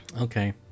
Okay